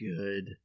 good